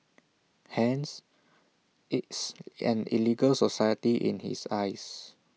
hence it's an illegal society in his eyes